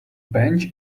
bench